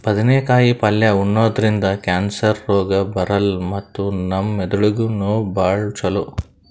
ಬದ್ನೇಕಾಯಿ ಪಲ್ಯ ಉಣದ್ರಿಂದ್ ಕ್ಯಾನ್ಸರ್ ರೋಗ್ ಬರಲ್ಲ್ ಮತ್ತ್ ನಮ್ ಮೆದಳಿಗ್ ನೂ ಭಾಳ್ ಛಲೋ